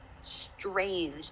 strange